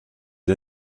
les